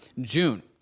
june